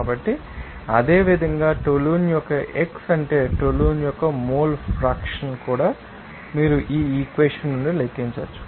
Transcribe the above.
కాబట్టి అదేవిధంగా టోలున్ యొక్క x అంటే టోలున్ యొక్క మోల్ ఫ్రాక్షన్ కూడా మీరు ఈ ఈక్వెషన్ నుండి లెక్కించవచ్చు